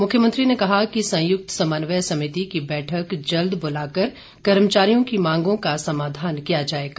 मुख्यमंत्री ने कहा कि संयुक्त समन्वय समिति की बैठक जल्द बुलाकर कर्मचारियों की मांगों का समाधान किया जाएगा